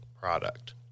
product